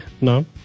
no